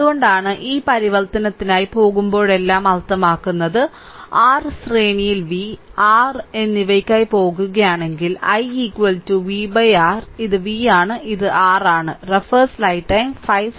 അതുകൊണ്ടാണ് ഈ പരിവർത്തനത്തിനായി പോകുമ്പോഴെല്ലാം അർത്ഥമാക്കുന്നത് r ശ്രേണിയിൽ v R എന്നിവയ്ക്കായി പോകുകയാണെങ്കിൽ i v R ഇത് v ആണ് ഇത് R ആണ്